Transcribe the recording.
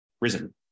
risen